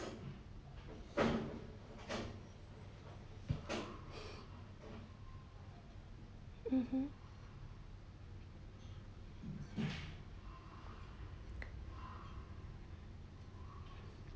mmhmm